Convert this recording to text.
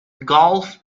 golf